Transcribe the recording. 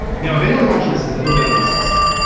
now if anyone watching this has ever been on a cessna,